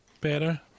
better